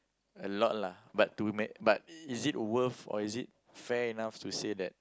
a lot lah but to mea~ but it is worth or is it fair enough to say that